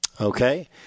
Okay